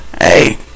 hey